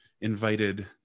invited